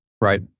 Right